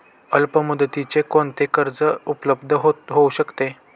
अल्पमुदतीचे कोणते कर्ज उपलब्ध होऊ शकते?